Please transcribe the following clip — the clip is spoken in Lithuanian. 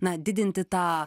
na didinti tą